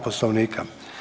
Poslovnika.